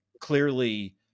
clearly